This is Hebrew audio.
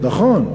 נכון,